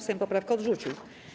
Sejm poprawkę odrzucił.